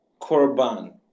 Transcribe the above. korban